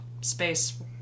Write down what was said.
space